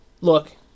Look